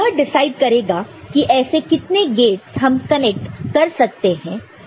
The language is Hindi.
तो यह डिसाइड करेगा कि ऐसे कितने गेटस हम कनेक्ट कर सकते हैं